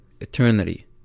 eternity